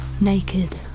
naked